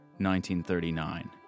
1939